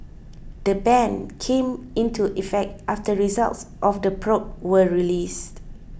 the ban came into effect after results of the probe were released